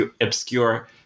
obscure